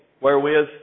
wherewith